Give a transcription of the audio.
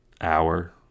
hour